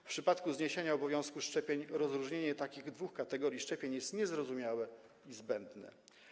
W przypadku zniesienia obowiązku szczepień rozróżnienie takich dwóch kategorii szczepień jest niezrozumiałe i zbędne.